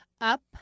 Up